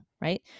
Right